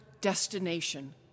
destination